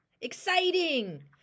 Exciting